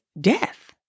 death